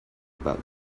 about